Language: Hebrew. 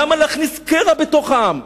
למה להכניס קרע בתוך העם?